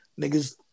niggas